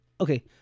okay